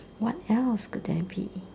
what else could that be